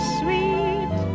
sweet